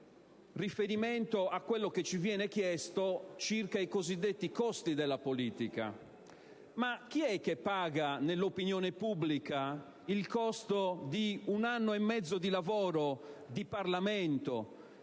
riferimento a quello che ci viene chiesto circa i cosiddetti costi della politica. Chi è che paga nell'opinione pubblica il costo di un anno e mezzo di lavoro del Parlamento,